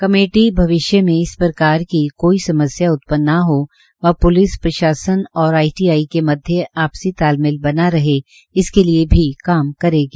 committee भविष्य में इस प्रकार की कोई समस्या उत्पन्न न हो व प्लिस प्रशासन और आईटीआई के मध्य आपसी तालमेल बना रहे इसके लिये भी काम करेगी